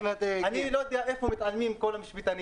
אני לא יודע איך מתעלמים כל המשפטנים